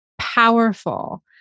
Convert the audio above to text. powerful